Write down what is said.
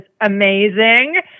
amazing